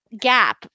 gap